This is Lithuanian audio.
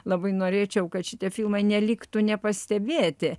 labai norėčiau kad šitie filmai neliktų nepastebėti